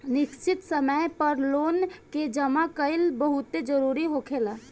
निश्चित समय पर लोन के जामा कईल बहुते जरूरी होखेला